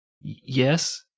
Yes